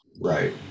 Right